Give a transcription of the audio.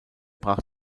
brach